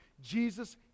jesus